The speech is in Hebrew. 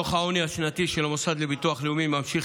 דוח העוני השנתי של המוסד לביטוח לאומי ממשיך